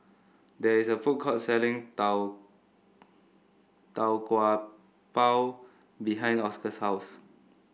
there is a food court selling Tau Tau Kwa Pau behind Oscar's house